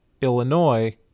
Illinois